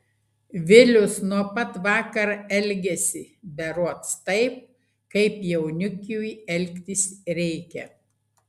vilius nuo pat vakar elgiasi berods taip kaip jaunikiui elgtis reikia